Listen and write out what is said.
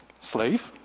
slave